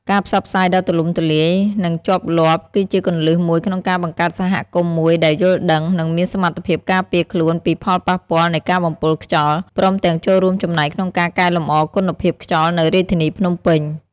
ការផ្សព្វផ្សាយដ៏ទូលំទូលាយ និងជាប់លាប់ គឺជាគន្លឹះមួយក្នុងការបង្កើតសហគមន៍មួយដែលយល់ដឹង និងមានសមត្ថភាពការពារខ្លួនពីផលប៉ះពាល់នៃការបំពុលខ្យល់ ព្រមទាំងចូលរួមចំណែកក្នុងការកែលម្អគុណភាពខ្យល់នៅរាជធានីភ្នំពេញ។